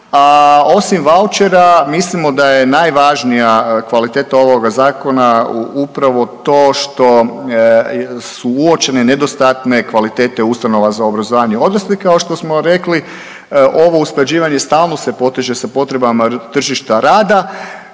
Osim vaučera mislimo da je najvažnija kvaliteta ovog zakona upravo to što su uočene nedostatne kvalitete ustanova za obrazovanje odraslih. Kao što smo rekli ovo usklađivanje stalno se poteže sa potrebama tržišta rada.